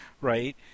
right